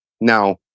Now